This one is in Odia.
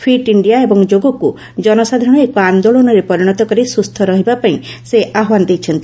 ଫିଟ୍ ଇଣ୍ଡିଆ ଏବଂ ଯୋଗକୁ ଜନସାଧାରଣ ଏକ ଆନ୍ଦୋଳନରେ ପରିଣତ କରି ସୁସ୍ଥ ରହିବାପାଇଁ ସେ ଆହ୍ବାନ ଦେଇଛନ୍ତି